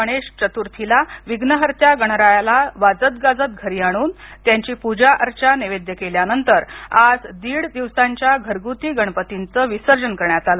गणेश चतुर्थीला विघ्नहर्त्या गणरायाला वाजत गाजत घरी आणून त्यांची पूजा अर्चा नैवेद्य केल्यानंतर आज दीड दिवसांच्या घरगुती गणपर्तीचं विसर्जन करण्यात आलं